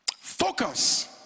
focus